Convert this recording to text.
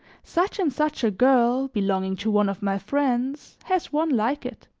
such and such a girl, belonging to one of my friends, has one like it.